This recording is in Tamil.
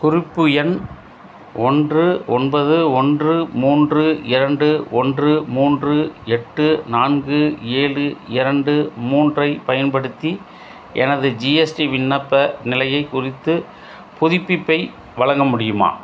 குறிப்பு எண் ஒன்று ஒன்பது ஒன்று மூன்று இரண்டு ஒன்று மூன்று எட்டு நான்கு ஏழு இரண்டு மூன்றை பயன்படுத்தி எனது ஜிஎஸ்டி விண்ணப்ப நிலையைக் குறித்து புதுப்பிப்பை வழங்க முடியுமா